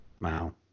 wow